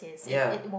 ya